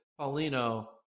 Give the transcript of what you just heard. Paulino